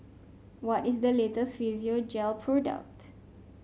what is the latest Physiogel product